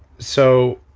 so,